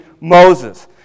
Moses